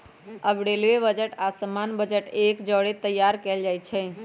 अब railway budget आऽ सामान्य बजट एक जौरे तइयार कएल जाइ छइ